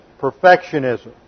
perfectionism